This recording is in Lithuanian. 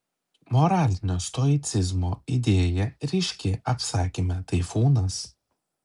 moralinio stoicizmo idėja ryški apsakyme taifūnas